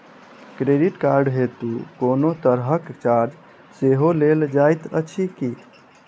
Credit card हेतु कोनो तरहक चार्ज सेहो लेल जाइत अछि की?